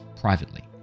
privately